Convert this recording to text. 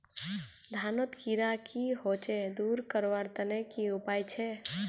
धानोत कीड़ा की होचे दूर करवार तने की उपाय छे?